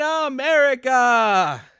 America